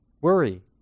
worry